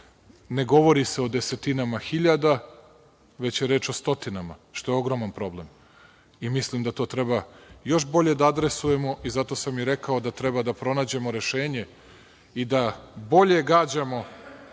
ne govori se o desetinama hiljada, već je reč o stotinama, što je ogroman problem. Mislim da to treba još bolje da adresujemo i zato sam i rekao da treba da pronađemo rešenje i da bolje gađamo